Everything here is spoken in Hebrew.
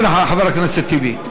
כן, חבר הכנסת טיבי.